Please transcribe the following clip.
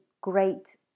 great